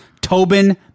Tobin